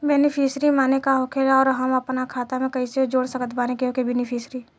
Beneficiary माने का होखेला और हम आपन खाता मे कैसे जोड़ सकत बानी केहु के बेनीफिसियरी?